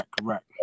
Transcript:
Correct